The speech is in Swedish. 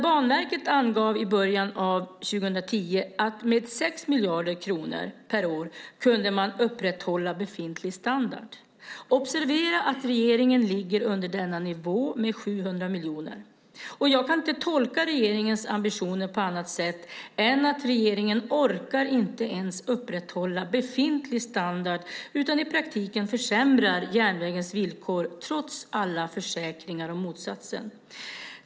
Banverket angav i början av 2010 att man med 6 miljarder kronor per år kunde upprätthålla befintlig standard. Observera att regeringen ligger under denna nivå med 700 miljoner. Jag kan inte tolka regeringens ambitioner på annat sätt än att regeringen inte ens orkar upprätthålla befintlig standard utan i praktiken försämrar järnvägens villkor trots alla försäkringar om motsatsen.